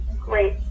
great